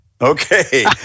Okay